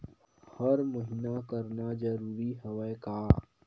हर महीना करना जरूरी हवय का?